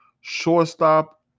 shortstop